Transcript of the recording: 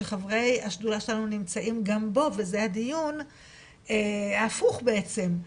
שחברי השדולה שלנו נמצאים גם בו וזה הדיון הפוך בעצם,